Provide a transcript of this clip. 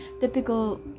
typical